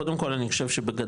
קודם כל אני חושב שבגדול,